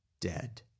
dead